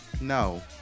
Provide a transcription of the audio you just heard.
No